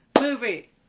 movie